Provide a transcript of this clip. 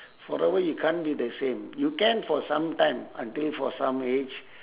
forever you can't be the same you can for some time until for some age